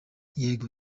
yego